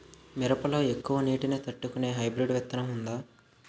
మిరప లో ఎక్కువ నీటి ని తట్టుకునే హైబ్రిడ్ విత్తనం వుందా?